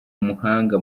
umuhanga